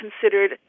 considered